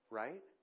right